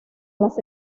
las